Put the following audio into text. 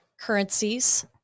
currencies